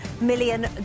million